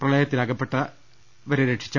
പ്രളയ ത്തിലകപ്പെട്ടവരെ രക്ഷിച്ചു